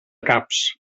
caps